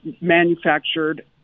manufactured